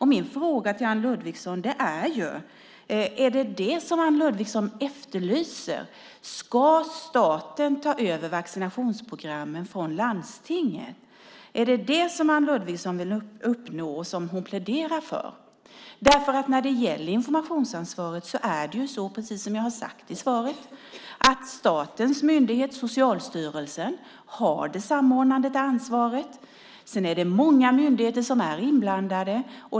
Min fråga till Anne Ludvigsson är: Är det vad Anne Ludvigsson efterlyser? Ska staten ta över vaccinationsprogrammen från landstingen? Är det vad Anne Ludvigsson vill uppnå och som hon pläderar för? När det gäller informationsansvaret är det precis som jag har sagt i svaret statens myndighet, Socialstyrelsen, som har det samordnande ansvaret. Sedan är många andra myndigheter inblandade.